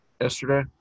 yesterday